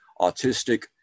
autistic